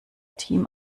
team